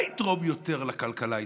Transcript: מה יתרום יותר לכלכלה הישראלית?